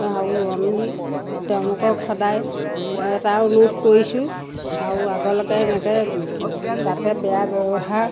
আৰু আমি তেওঁলোকক সদায় এটা অনুৰোধ কৰিছোঁ আৰু আগলৈকে এনেকৈ যাতে বেয়া ব্যৱহাৰ